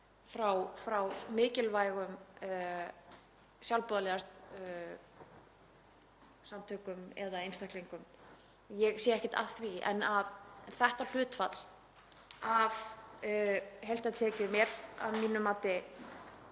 frá mikilvægum sjálfboðaliðasamtökum eða einstaklingum, ég sé ekkert að því, en þetta hlutfall af heildartekjum er að mínu mati